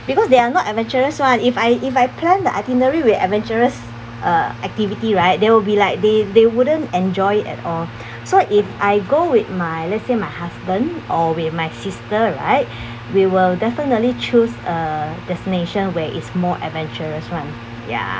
because they are not adventurous one if I if I planned the itinerary with adventurous( uh) activity right they will be like they they wouldn't enjoy it at all so if I go with my let's say my husband or with my sister right we will definitely choose a destination where it's more adventurous [one] ya